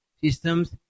systems